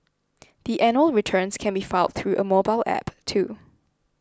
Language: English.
the annual returns can be filed through a mobile app too